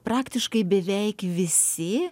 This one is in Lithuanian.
praktiškai beveik visi